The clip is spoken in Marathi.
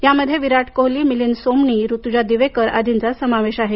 यामध्ये विराट कोहली मिलिंद सोमणी ऋतुजा दिवेकर आदींचा समावेश आहे